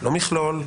לא מכלול,